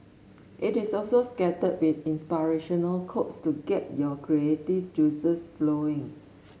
it is also scattered with inspirational quotes to get your creative juices flowing